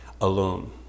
alone